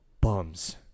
Bums